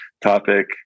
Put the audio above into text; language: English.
topic